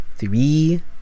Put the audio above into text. Three